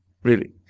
really,